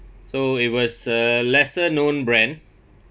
so it was a lesser known brand